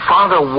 Father